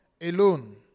alone